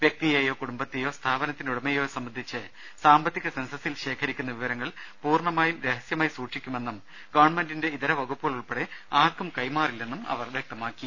വ്യക്തിയെയോ കുടുംബത്തെയോ സ്ഥാപനത്തിന്റെ ഉടമയെയോ സംബന്ധിച്ച് സാമ്പത്തിക സെൻസസിൽ ശേഖരിക്കുന്ന വിവരങ്ങൾ പൂർണമായും രഹസ്യമായി സൂക്ഷിക്കുമെന്നും ഗവൺമെന്റിന്റെ ഇതര വകുപ്പുകൾ ഉൾപ്പെടെ ആർക്കും കൈമാറില്ലെന്നും അവർ വ്യക്തമാക്കി